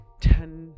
ten